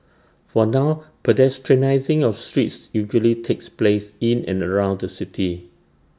for now pedestrianising of streets usually takes place in and around the city